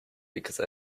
because